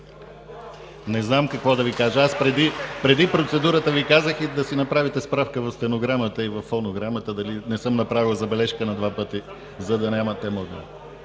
Не знам какво да Ви кажа? Преди процедурата Ви казах да си направите справка в стенограмата, във фонограмата дали съм направил забележка на два пъти. Просто няма какво